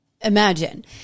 imagine